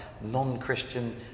non-Christian